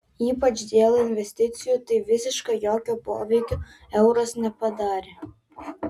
ypač dėl investicijų tai visiškai jokio poveikio euras nepadarė